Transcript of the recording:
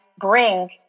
bring